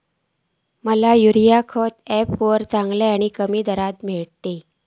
माका युरिया खयच्या ऍपवर चांगला आणि कमी दरात भेटात?